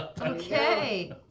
Okay